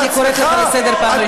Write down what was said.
אני קוראת אותך לסדר פעם ראשונה.